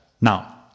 Now